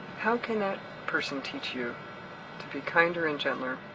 how can that person teach you to be kinder and gentler.